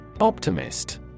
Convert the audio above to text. Optimist